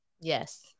Yes